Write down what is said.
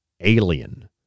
alien